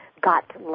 got